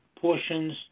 portions